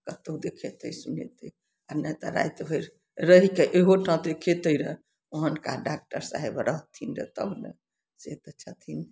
कतौ देखेतै सुनेतै आओर नहि तऽ राति भरि रहिके एहो ठाम देखेतै रऽ ओहन कऽ डॉक्टर साहब रहथिन रऽ तब ने से तऽ छथिन